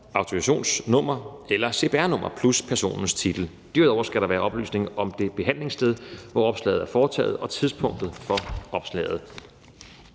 autorisationsnummer eller cpr-nummer plus personens titel. Derudover skal der være oplysning om det behandlingssted, hvor opslaget er foretaget, og tidspunktet for opslaget.